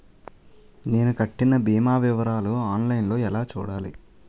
నేను కట్టిన భీమా వివరాలు ఆన్ లైన్ లో ఎలా చూడాలి?